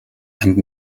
and